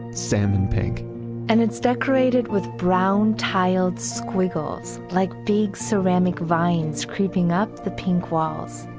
salmon pink and it's decorated with brown tiled squiggles like big ceramic vines creeping up the pink walls.